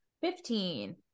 Fifteen